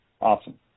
Awesome